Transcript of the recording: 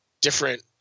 different –